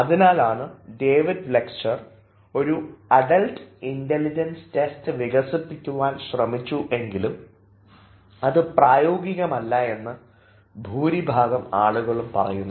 ആയതിനാലാണു David Wechsler ഒരു adult intelligence test വികസിപ്പിക്കുവാൻ ശ്രമിച്ചുവെങ്കിലും ഇത് പ്രായോഗികമല്ല എന്ന് ഭൂരിഭാഗം ആളുകളും പറയുന്നത്